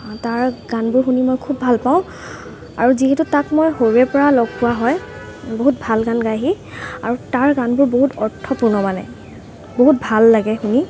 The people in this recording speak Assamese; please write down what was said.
তাৰ গানবোৰ শুনি মই খুব ভালপাওঁ আৰু তাক যিহেতু মই সৰুৰেপৰা লগ পোৱা হয় বহুত ভাল গান গাই সি আৰু তাৰ গানবোৰৰ বহুত অৰ্থপূৰ্ণ মানে বহুত ভাল লাগে শুনি